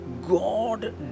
God